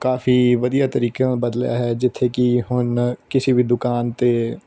ਕਾਫੀ ਵਧੀਆ ਤਰੀਕੇ ਨਾਲ ਬਦਲਿਆ ਹੈ ਜਿੱਥੇ ਕਿ ਹੁਣ ਕਿਸੇ ਵੀ ਦੁਕਾਨ 'ਤੇ